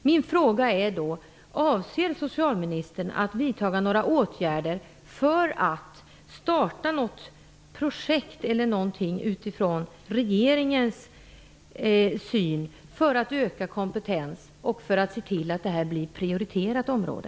Min fråga är då: Avser socialministern att vidta några åtgärder för att starta ett projekt för att öka kompetensen och se till att detta blir ett prioriterat område?